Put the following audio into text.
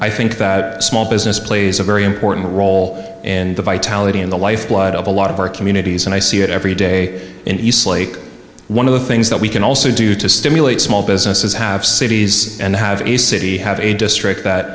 i think that small business plays a very important role in the vitality and the lifeblood of a lot of our communities and i see it every day in one of the things that we can also do to stimulate small businesses have cities and have a city have a district that